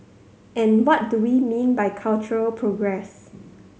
and what do we mean by cultural progress